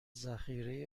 ذخیره